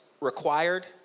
required